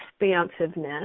expansiveness